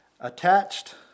attached